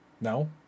No